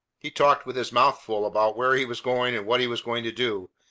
he talked with his mouth full about where he was going and what he was going to do,